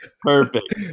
Perfect